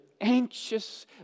anxious